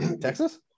Texas